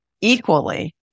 equally